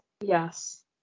Yes